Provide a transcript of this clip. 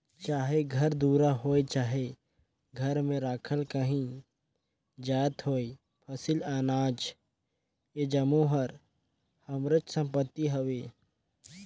चाहे घर दुरा होए चहे घर में राखल काहीं जाएत होए फसिल, अनाज ए जम्मो हर हमरेच संपत्ति हवे